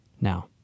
Now